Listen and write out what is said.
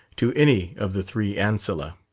to any of the three ancillae.